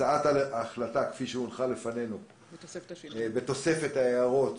הצעת החלטה כפי שהונחה לפנינו בתוספת ההערות